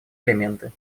элементы